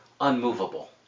unmovable